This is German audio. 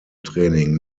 training